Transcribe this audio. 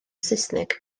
saesneg